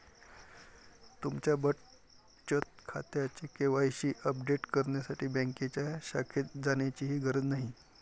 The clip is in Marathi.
तुमच्या बचत खात्याचे के.वाय.सी अपडेट करण्यासाठी बँकेच्या शाखेत जाण्याचीही गरज नाही